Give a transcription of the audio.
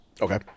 Okay